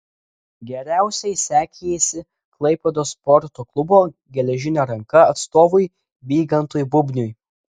geriausiai sekėsi klaipėdos sporto klubo geležinė ranka atstovui vygantui bubniui